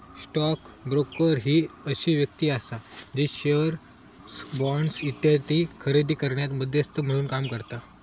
stock broker ही अशी व्यक्ती आसा जी शेअर्स, बॉण्ड्स इत्यादी खरेदी करण्यात मध्यस्थ म्हणून काम करता